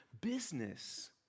business